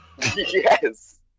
Yes